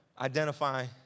Identify